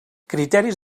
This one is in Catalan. criteris